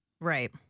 Right